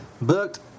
Booked